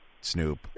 Snoop